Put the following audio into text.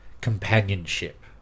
companionship